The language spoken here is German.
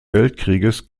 weltkrieges